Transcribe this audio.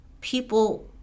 people